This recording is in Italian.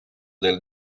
del